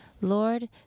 Lord